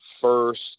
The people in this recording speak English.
first